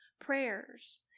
prayers